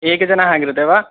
एकजनः कृते वा